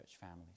families